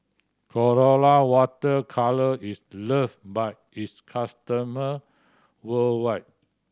Colora Water Colour is loved by its customer worldwide